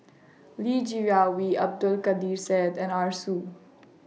Li Jiawei Abdul Kadir Syed and Arasu